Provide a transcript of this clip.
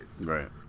Right